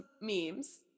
memes